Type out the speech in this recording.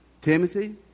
Timothy